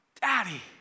Daddy